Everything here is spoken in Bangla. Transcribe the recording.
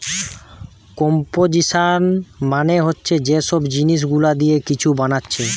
কম্পোজিশান মানে হচ্ছে যে সব জিনিস গুলা দিয়ে কিছু বানাচ্ছে